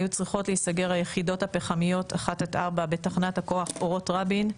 היו צריכות להיסגר היחידות הפחמיות 1-4 בתחנת הכוח אורות רבין,